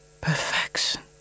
Perfection